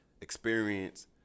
experience